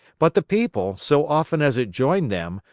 but the people, so often as it joined them,